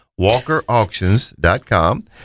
walkerauctions.com